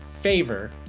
favor